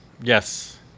yes